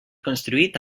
construït